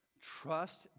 Trust